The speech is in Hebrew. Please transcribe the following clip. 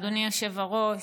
אדוני היושב-ראש,